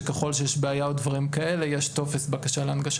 שככל שיש בעיה או דברים כאלה יש טופס בקשה להנגשה